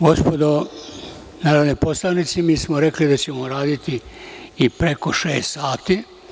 Gospodo narodni poslanici, mi smo rekli da ćemo raditi i preko šest sati.